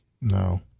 No